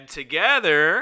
together